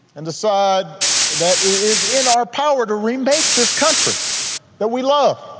and decide that it is in our power to remake this country that we love